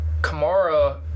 Kamara